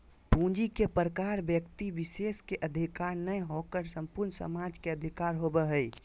पूंजी के प्रकार व्यक्ति विशेष के अधिकार नय होकर संपूर्ण समाज के अधिकार होबो हइ